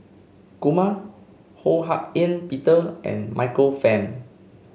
Kumar Ho Hak Ean Peter and Michael Fam